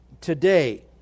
today